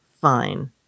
fine